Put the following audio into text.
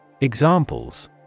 Examples